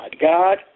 God